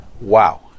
Wow